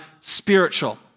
spiritual